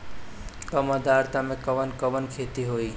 कम आद्रता में कवन कवन खेती होई?